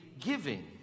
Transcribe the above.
giving